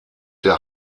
der